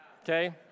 Okay